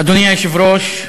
אדוני היושב-ראש,